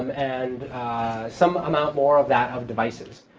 um and some amount more of that of devices.